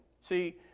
See